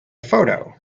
photo